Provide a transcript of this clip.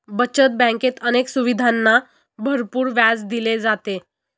बचत बँकेत अनेक सुविधांना भरपूर व्याज दिले जाते